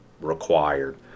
required